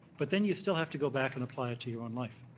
but then you still have to go back and apply it to your own life.